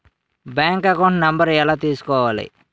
Bank account number ఎలా తీసుకోవాలి?